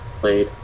played